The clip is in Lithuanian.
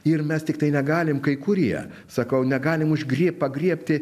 ir mes tiktai negalim kai kurie sakau negalim užgrie pagriebti